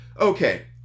Okay